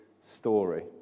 story